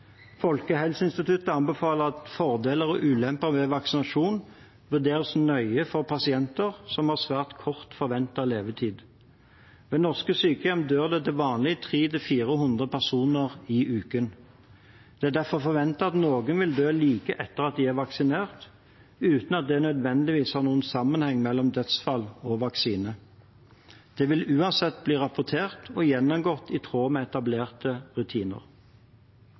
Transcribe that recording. Folkehelseinstituttet anbefaler at fordeler og ulemper ved vaksinasjon vurderes nøye for pasienter som har svært kort forventet levetid. Ved norske sykehjem dør det til vanlig 300 til 400 personer i uken. Det er derfor forventet at noen vil dø like etter at de er vaksinert, uten at det nødvendigvis er noen sammenheng mellom dødsfallet og vaksinen. Dette blir uansett rapportert og gjennomgått i tråd med etablerte rutiner.